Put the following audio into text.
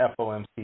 FOMC